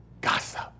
Gossip